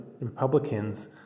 Republicans